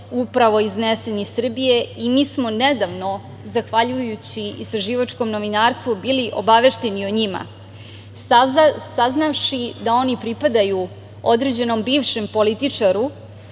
upravo iznesen iz Srbije. Mi smo nedavno zahvaljujući istraživačkom novinarstvu bili obavešteni o njima, saznavši da oni pripadaju određenom bivšem političaru